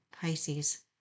Pisces